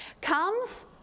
comes